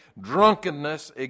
drunkenness